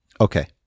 Okay